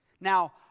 Now